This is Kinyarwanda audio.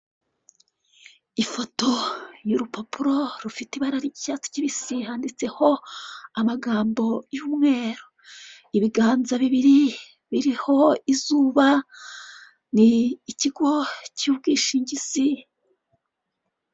Ifoto y'urupapuro rufite ibara ry'icyatsi kibisi handitseho amagambo y'umweru. Ibiganza bibiri biriho izuba ni ikigo cy'ubwishingizi.